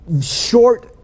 short